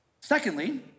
Secondly